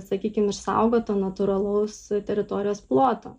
sakykim išsaugoto natūralaus teritorijos ploto